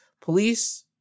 Police